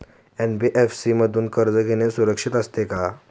NBFC मधून कर्ज घेणे सुरक्षित असते का?